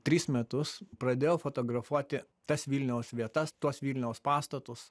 tris metus pradėjau fotografuoti tas vilniaus vietas tuos vilniaus pastatus